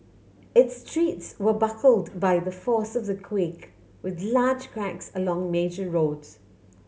its streets were buckled by the force of the quake with large cracks along major roads